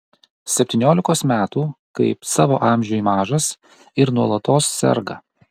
septyniolikos metų kaip savo amžiui mažas ir nuolatos serga